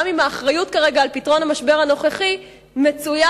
גם אם האחריות כרגע לפתרון המשבר הנוכחי מצויה